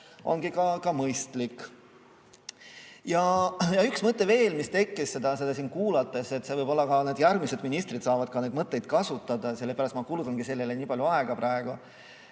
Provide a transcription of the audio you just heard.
ongi mõistlik. Ja üks mõte veel, mis tekkis seda kuulates. Võib-olla ka järgmised ministrid saavad neid mõtteid kasutada, sellepärast ma kulutangi sellele nii palju aega praegu.